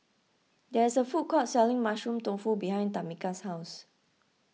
there is a food court selling Mushroom Tofu behind Tamika's house